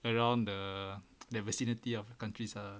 around the vicinity of countries ah